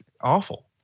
awful